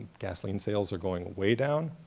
gasoline sales are going way down,